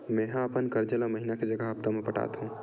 मेंहा अपन कर्जा ला महीना के जगह हप्ता मा पटात हव